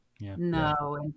No